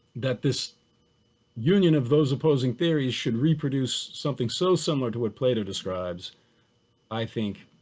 that this union of those opposing theories should reproduce something so similar to what plato describes i think,